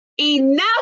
enough